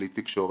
בלי תקשורת,